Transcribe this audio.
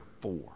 four